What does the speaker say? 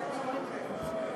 למה יש מספרים כאלה?